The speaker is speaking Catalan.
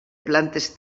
plantes